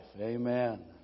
Amen